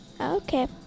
Okay